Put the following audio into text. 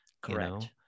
Correct